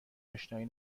آشنایی